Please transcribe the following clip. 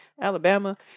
Alabama